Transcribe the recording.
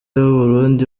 y’uburundi